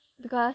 because